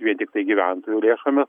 vien tiktai gyventojų lėšomis